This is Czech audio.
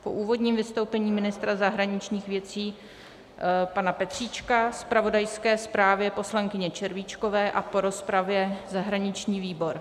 Po úvodním vystoupení ministra zahraničních věcí pana Petříčka, zpravodajské zprávě poslankyně Červíčkové a po rozpravě zahraniční výbor